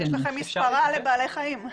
יש לכם מספרה לבעלי חיים.